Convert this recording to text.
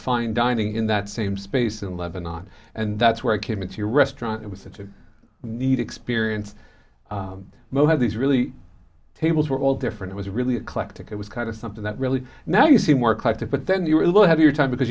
fine dining in that same space in lebannon and that's where i came into your restaurant it was such a neat experience most of these really tables were all different was really a collective it was kind of something that really now you see more connected but then you will have your time because